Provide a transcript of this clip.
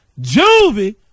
Juvie